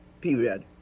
period